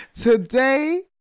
Today